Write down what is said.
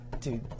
Dude